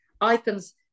icons